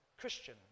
Christian